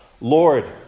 Lord